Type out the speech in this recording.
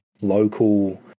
local –